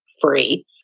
free